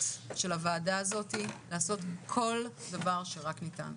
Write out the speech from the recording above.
של הועדה הזאת לעשות כל דבר שרק ניתן,